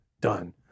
done